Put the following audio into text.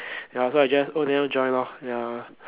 ya so I just oh never join lor ya